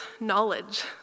knowledge